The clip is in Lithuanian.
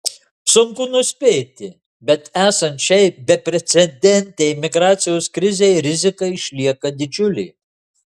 sunku nuspėti bet esant šiai beprecedentei migracijos krizei rizika išlieka didžiulė